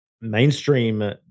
mainstream